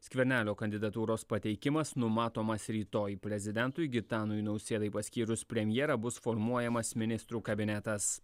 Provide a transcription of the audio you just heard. skvernelio kandidatūros pateikimas numatomas rytoj prezidentui gitanui nausėdai paskyrus premjerą bus formuojamas ministrų kabinetas